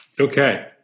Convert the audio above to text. Okay